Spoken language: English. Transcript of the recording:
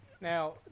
Now